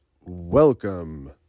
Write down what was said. welcome